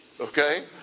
okay